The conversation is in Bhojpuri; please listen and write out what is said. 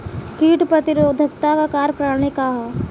कीट प्रतिरोधकता क कार्य प्रणाली का ह?